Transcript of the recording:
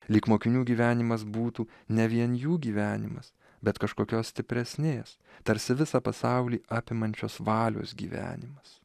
lyg mokinių gyvenimas būtų ne vien jų gyvenimas bet kažkokios stipresnės tarsi visą pasaulį apimančios valios gyvenimas